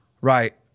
right